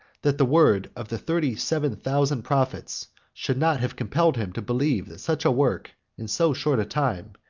that the word of the thirty-seven thousand prophets should not have compelled him to believe that such a work, in so short a time,